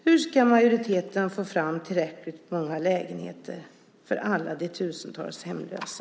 Hur ska majoriteten få fram tillräckligt många lägenheter för alla de tusentals hemlösa?